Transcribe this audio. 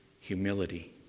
humility